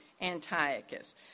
Antiochus